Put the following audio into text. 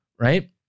right